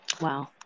Wow